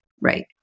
Right